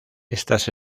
estas